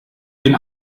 den